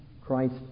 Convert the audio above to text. Christ